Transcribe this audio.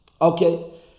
Okay